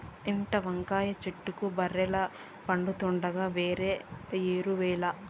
ఇంట్ల వంకాయ చెట్లకు బర్రెల పెండుండగా వేరే ఎరువేల